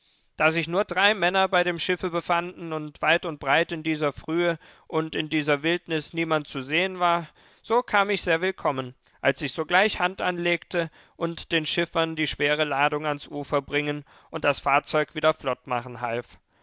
da sich nur drei männer bei dem schiffe befanden und weit und breit in dieser frühe und in dieser wildnis niemand zu ersehen war so kam ich sehr willkommen als ich sogleich hand anlegte und den schiffern die schwere ladung ans ufer bringen und das fahrzeug wieder flottmachen half